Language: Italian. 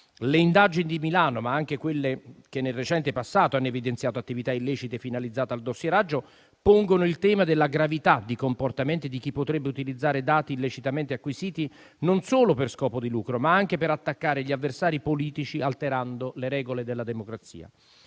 Le indagini di Milano, ma anche quelle che nel recente passato hanno evidenziato attività illecite finalizzate al dossieraggio, pongono il tema della gravità dei comportamenti di chi potrebbe utilizzare dati illecitamente acquisiti, non solo per scopo di lucro, ma anche per attaccare gli avversari politici, alterando le regole della democrazia.